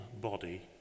body